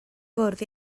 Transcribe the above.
fwrdd